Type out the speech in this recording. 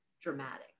Dramatic